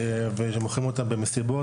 מוכרים אותו במסיבות,